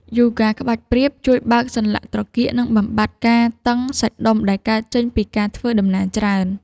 យូហ្គាក្បាច់ព្រាប ជួយបើកសន្លាក់ត្រគាក និងបំបាត់ការតឹងសាច់ដុំដែលកើតចេញពីការធ្វើដំណើរច្រើន។